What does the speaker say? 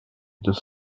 deux